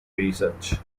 research